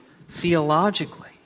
theologically